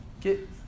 Get